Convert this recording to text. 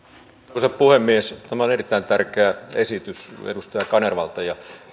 arvoisa puhemies tämä on erittäin tärkeä esitys edustaja kanervalta ja